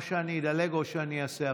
או שאני אדלג או שאני אעשה הפסקה.